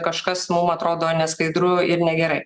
kažkas mum atrodo neskaidru ir negerai